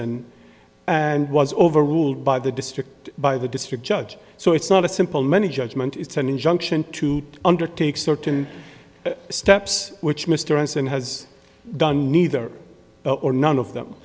ranson and was overruled by the district by the district judge so it's not a simple many judgment it's an injunction to undertake certain steps which mr ranson has done neither or none of them